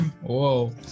Whoa